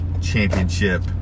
championship